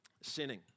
Sinning